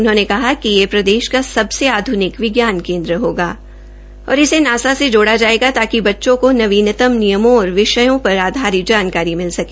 उन्होंने कहा कि यह प्रदेश का सबसे आध्निक विज्ञान केन्द्र होगा और इसे नासा से जोड़ा जायेगा ताकि बच्चों को नवीनतम नियमों और विषयों पर आधारित जानकारी मिल सके